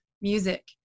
music